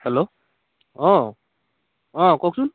hello অ' অ' কওকচোন